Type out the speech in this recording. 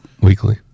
weekly